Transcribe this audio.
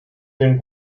den